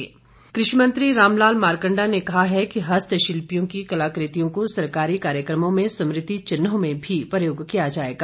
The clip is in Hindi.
मारकंडा कृषि मंत्री रामलाल माारकंडा ने कहा है कि हस्तशिल्पियों की कलाकृतियों को सरकारी कार्यक्रमों में समृति चिन्हों में भी प्रयोग किया जाएगा